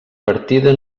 partida